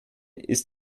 ist